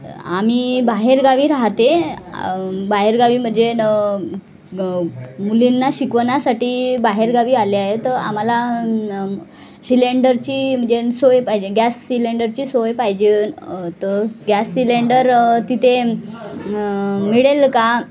आम्ही बाहेरगावी राहतो बाहेरगावी म्हणजे न मुलींना शिकवण्यासाठी बाहेरगावी आल्या आहे तर आम्हाला शिलेंडरची म्हणजे सोय पाहिजे गॅस सिलेंडरची सोय पाहिजे तर गॅस सिलेंडर तिथे मिळेल का